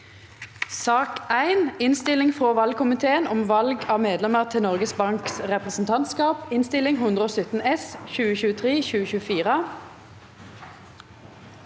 2023 Innstilling fra valgkomiteen om valg av medlemmer til Norges Banks representantskap (Innst. 117 S (2023– 2024))